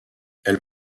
elle